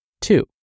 Two